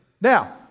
Now